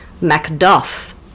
Macduff